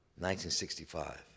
1965